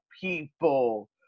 people